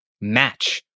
match